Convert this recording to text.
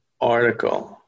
article